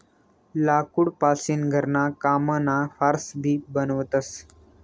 लाकूड पासीन घरणा कामना फार्स भी बनवतस